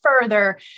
further